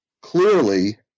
clearly